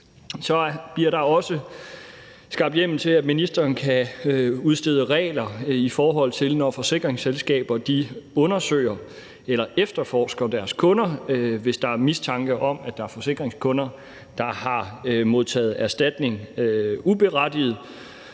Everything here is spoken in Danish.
Så bliver der også skabt hjemmel til, at ministeren kan udstede regler i forhold til situationer, hvor forsikringsselskaber undersøger eller efterforsker deres kunder, hvis der er mistanke om, at der er forsikringskunder, der har modtaget erstatning uberettiget.